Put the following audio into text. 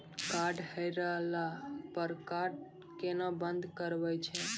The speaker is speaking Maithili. कार्ड हेरैला पर कार्ड केना बंद करबै छै?